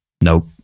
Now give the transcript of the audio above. Nope